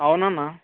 అవును అన్న